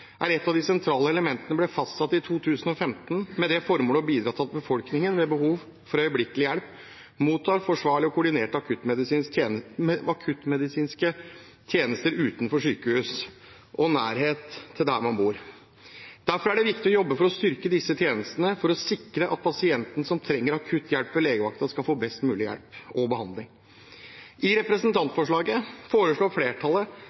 er et av de sentrale elementene, ble fastsatt i 2015 med det formål å bidra til at befolkningen ved behov for øyeblikkelig hjelp mottar forsvarlige og koordinerte akuttmedisinske tjenester utenfor sykehus, og med nærhet til der man bor. Derfor er det viktig å jobbe for å styrke disse tjenestene, for å sikre at pasientene som trenger akutt hjelp ved legevakten, skal få best mulig hjelp og behandling. I forbindelse med representantforslaget foreslår flertallet